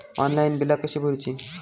Online बिला कशी भरूची?